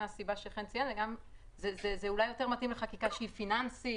זה יותר מתאים לחקיקה שהיא פיננסית,